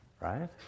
right